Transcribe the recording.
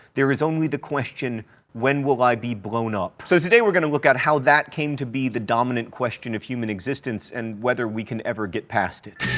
there is only the question when will i be blown up? so, today we're gonna look at how that came to be the dominant question of human existence, and whether we can ever get past it.